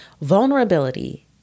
Vulnerability